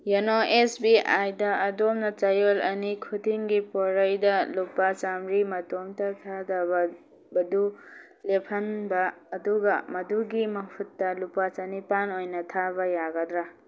YONO S B ꯑꯥꯏꯗ ꯑꯗꯣꯝꯅ ꯆꯌꯣꯜ ꯑꯅꯤ ꯈꯨꯗꯤꯡꯒꯤ ꯄꯣꯔꯩꯗ ꯂꯨꯄꯥ ꯆꯃꯔꯤ ꯃꯇꯣꯝꯇ ꯊꯥꯗꯕꯗꯨ ꯂꯦꯞꯍꯟꯕ ꯑꯗꯨꯒ ꯃꯗꯨꯒꯤ ꯃꯍꯨꯠꯇ ꯂꯨꯄꯥ ꯆꯅꯤꯄꯥꯜ ꯑꯣꯏꯅ ꯊꯥꯕ ꯌꯥꯒꯗ꯭ꯔꯥ